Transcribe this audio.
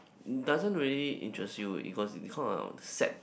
doesn't really interest you because it it's kind of on sad